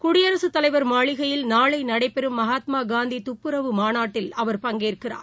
குடியரசுத் தலைவர் மாளிகையில் நாளைநடைபெறும் மகாத்மாகாந்திதுப்பரவு மாநாட்டில் அவர் பங்கேற்கிறார்